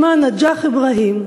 שמה נג'אח אברהים.